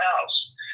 house